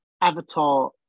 Avatar